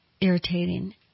irritating